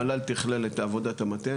המל"ל תיכלל את עבודת המטה,